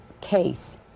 case